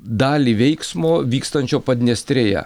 dalį veiksmo vykstančio padniestrėje